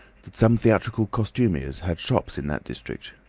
that some theatrical costumiers had shops in that district.